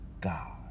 God